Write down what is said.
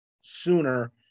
sooner